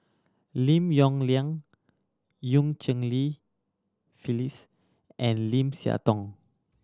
Lim Yong Liang Eu Cheng Li Phyllis and Lim Siah Tong